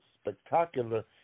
spectacular